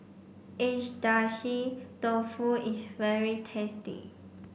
Agedashi Dofu is very tasty